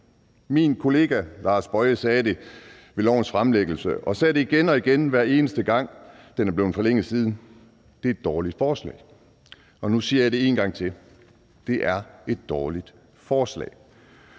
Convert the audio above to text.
Min kollega hr. Lars Boje Mathiesen sagde det ved lovens fremsættelse, og han har sagt det igen og igen, hver eneste gang den er blevet forlænget siden: Det er et dårligt forslag. Og nu siger jeg det en gang til: Det er et dårligt forslag.